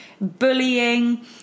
bullying